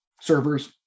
servers